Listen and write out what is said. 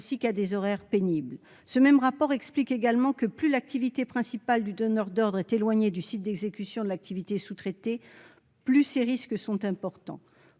ainsi qu'à des horaires pénibles. Ce même rapport explique également que plus l'activité principale du donneur d'ordre est éloignée du site d'exécution de l'activité sous-traitée, plus ces risques sont importants.